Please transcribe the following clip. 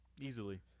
Easily